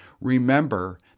Remember